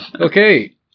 Okay